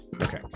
okay